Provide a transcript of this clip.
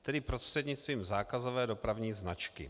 Tedy prostřednictvím zákazové dopravní značky.